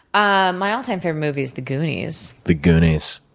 ah my all time favorite movie is the goonies. the goonies.